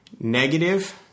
negative